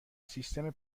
سیستم